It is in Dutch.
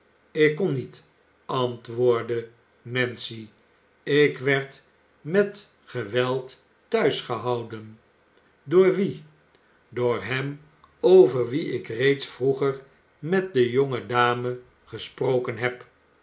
ik kon niet antwoordde nancy ik werd met geweld thuis gehouden door wien door hem over wien ik reeds vroeger met de jonge dame gesproken heb